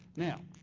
now,